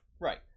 Right